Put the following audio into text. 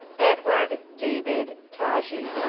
edward david taji